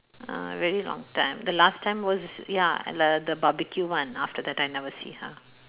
uh very long time the last time was ya the the barbecue one after that I never see her